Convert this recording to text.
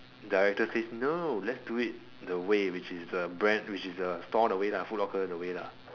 directors say no let's do it the way which is the brand which is the store all the way lah full locker all the way lah